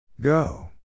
Go